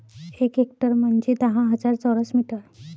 एक हेक्टर म्हंजे दहा हजार चौरस मीटर